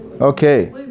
Okay